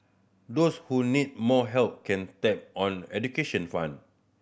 those who need more help can tap on education fund